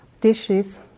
dishes